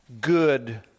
good